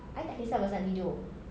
I tak kisah pasal nak tidur